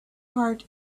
heart